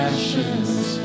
ashes